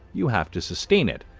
you have to sustain it.